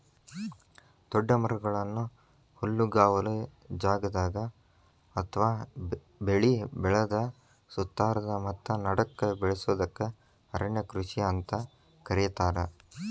ದೊಡ್ಡ ಮರಗಳನ್ನ ಹುಲ್ಲುಗಾವಲ ಜಗದಾಗ ಅತ್ವಾ ಬೆಳಿ ಬೆಳದ ಸುತ್ತಾರದ ಮತ್ತ ನಡಕ್ಕ ಬೆಳಸೋದಕ್ಕ ಅರಣ್ಯ ಕೃಷಿ ಅಂತ ಕರೇತಾರ